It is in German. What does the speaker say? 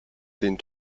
den